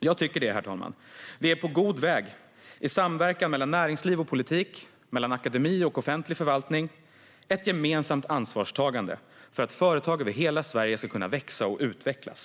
Jag tycker det, herr talman. Vi är på god väg. I samverkan mellan näringsliv och politik och mellan akademi och offentlig förvaltning sker ett gemensamt ansvarstagande för att företag över hela Sverige ska kunna växa och utvecklas.